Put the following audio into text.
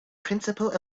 principle